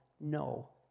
no